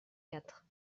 quatre